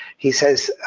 he says,